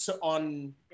on